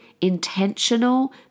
intentional